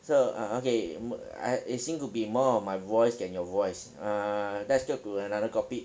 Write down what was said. so uh uh okay I it seem to be more of your voice than your voice err let's go to another topic